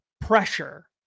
pressure